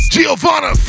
Giovanna